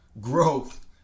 growth